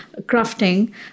crafting